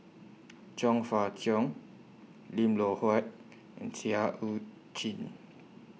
Chong Fah Cheong Lim Loh Huat and Seah EU Chin